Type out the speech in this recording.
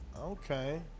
Okay